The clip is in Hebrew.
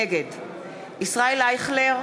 נגד ישראל אייכלר,